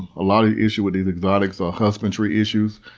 a lot of issues with these exotics are husbandry issues,